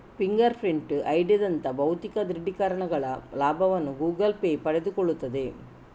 finger print ಐಡಿಯಂತಹ ಭೌತಿಕ ದೃಢೀಕರಣಗಳ ಲಾಭವನ್ನು ಗೂಗಲ್ ಪೇ ಪಡೆದುಕೊಳ್ಳುತ್ತದೆ